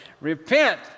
Repent